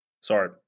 Sorry